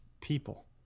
people